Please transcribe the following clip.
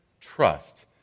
trust